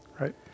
Right